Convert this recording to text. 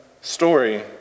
story